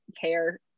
care